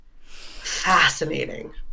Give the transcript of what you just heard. Fascinating